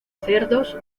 cerdos